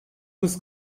hız